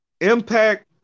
impact